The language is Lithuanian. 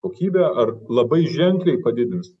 kokybę ar labai ženkliai padidins